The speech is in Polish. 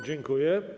Dziękuję.